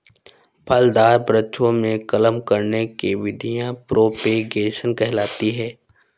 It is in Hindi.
फलदार वृक्षों में कलम करने की विधियां प्रोपेगेशन कहलाती हैं